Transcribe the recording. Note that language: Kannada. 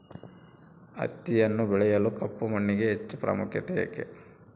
ಹತ್ತಿಯನ್ನು ಬೆಳೆಯಲು ಕಪ್ಪು ಮಣ್ಣಿಗೆ ಹೆಚ್ಚು ಪ್ರಾಮುಖ್ಯತೆ ಏಕೆ?